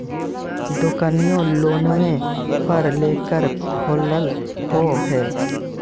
दोकनिओ लोनवे पर लेकर खोललहो हे?